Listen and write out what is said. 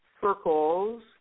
circles